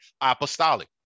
apostolic